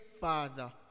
father